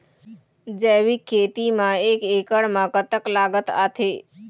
जैविक खेती म एक एकड़ म कतक लागत आथे?